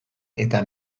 eta